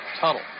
Tuttle